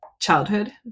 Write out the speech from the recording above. childhood